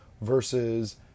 versus